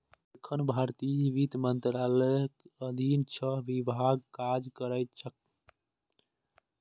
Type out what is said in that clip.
एखन भारतीय वित्त मंत्रालयक अधीन छह विभाग काज करैत छैक